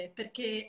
perché